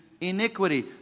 iniquity